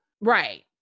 Right